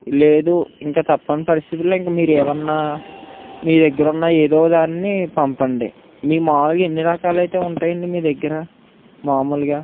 లేదు ఇంకా తప్పని పరిస్థితులో ఇంక మీరేమన్నా మీదగ్గరున్న ఏదో దాన్ని పంపండి మీయి మాములుగా ఎన్ని రకాలైతే ఉంటాయండి మీదగ్గర మాములుగా